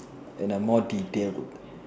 in a more detailed